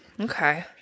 okay